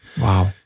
Wow